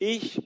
Ich